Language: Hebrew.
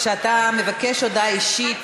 כשאתה מבקש הודעה אישית,